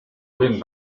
win